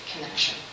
connection